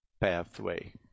pathway